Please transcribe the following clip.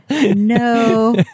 No